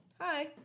Hi